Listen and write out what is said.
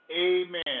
Amen